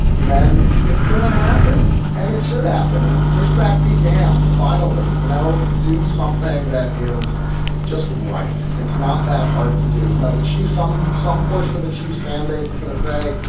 then it's going to happen and it should happen and pushback be damned. finally, you know, do something that is just right. it's not that hard to do. you know, the chiefs some some portion of the chiefs fan base is going to say,